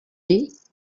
est